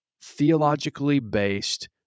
theologically-based